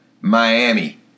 Miami